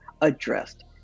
addressed